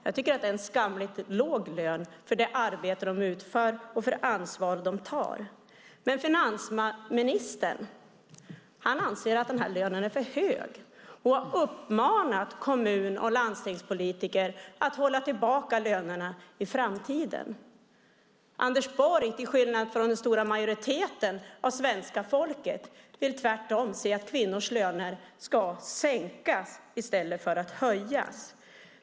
Jag tycker att det är en skamligt låg lön för det arbete som de utför och för det ansvar som de tar. Men finansministern anser att den lönen är för hög och uppmanar kommun och landstingspolitiker att hålla tillbaka lönerna i framtiden. Anders Borg vill tvärtom, till skillnad från den stora majoriteten av svenska folket, se att kvinnors löner ska sänkas i stället för att höjas.